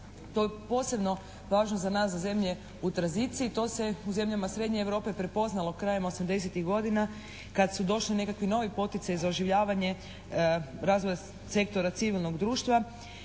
To je posebno važno za nas, za zemlje u tranziciji, to se u zemljama srednje Europe prepoznalo krajem 80-ih godina kad su došli nekakvi novi poticaji za oživljavanje razvoja sektora civilnog društva